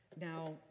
Now